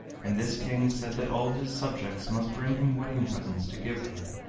and this king said that all his subjects must bring him wedding presents to give her.